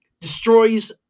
destroys